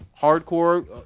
hardcore